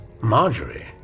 Marjorie